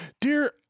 Dear